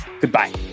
goodbye